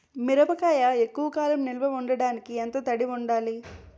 మిరపకాయ ఎక్కువ కాలం నిల్వ చేయటానికి ఎంత తడి ఉండాలి?